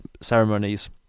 ceremonies